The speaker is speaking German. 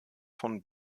von